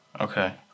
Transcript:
okay